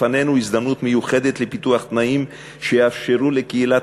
לפנינו הזדמנות מיוחדת לפיתוח תנאים שיאפשרו לקהילת